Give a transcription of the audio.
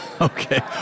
Okay